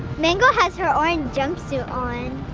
mango has her orange jumpsuit on.